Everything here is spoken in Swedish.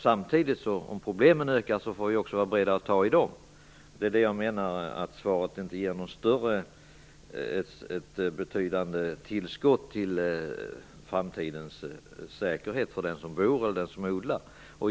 Samtidigt är det så att om problemen ökar, får vi vara beredda att ta tag i dem. Där menar jag att svaret inte innebär något större, mer betydande tillskott i fråga om framtidens säkerhet för den som bor eller den som odlar.